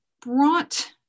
brought